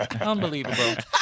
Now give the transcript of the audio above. Unbelievable